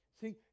See